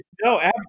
No